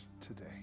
today